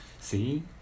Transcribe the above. see